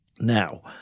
Now